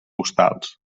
postals